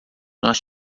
nós